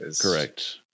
Correct